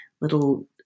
little